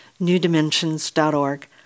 newdimensions.org